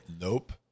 nope